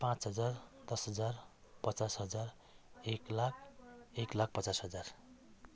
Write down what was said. पाँच हजार दस हजार पचास हजार एक लाख एक लाख पचास हजार